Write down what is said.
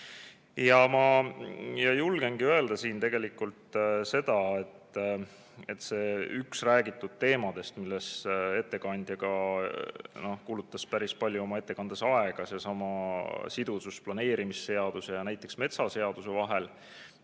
koht. Ma julgengi öelda tegelikult seda, et see üks räägitud teemadest, millele ettekandja ka kulutus päris palju oma ettekandes aega, seesama sidusus planeerimisseaduse ja metsaseaduse vahel